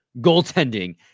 goaltending